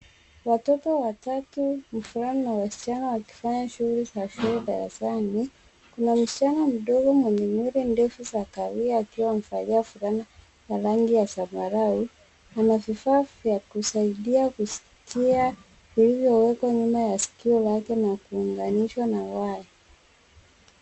Watoto watatu mvulana na msichana wakifanya shughuli za shule darasani. Kuna mischana mdogo mwenye nywele ndefu za kahawia akiwa amevalia fulana ya rangi ya zambarau. Ana vifaa vya kusaidia kuskia vilivyowekwa nyuma ya sikio lake na kuunganishwa na waya.